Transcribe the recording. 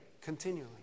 continually